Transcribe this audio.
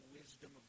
wisdom